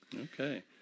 Okay